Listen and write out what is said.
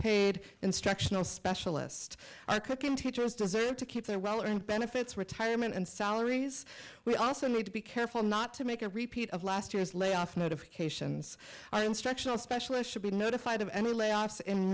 paid instructional special list cooking teachers deserve to keep their well and benefits retirement and salaries we also need to be careful not to make a repeat of last year's layoff notifications are instructional specialist should be notified of any layoffs in